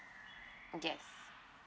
yes